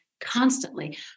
constantly